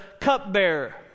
cupbearer